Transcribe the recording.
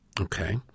Okay